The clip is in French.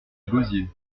gosier